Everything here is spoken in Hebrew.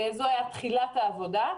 זאת הייתה תחילת העבודה.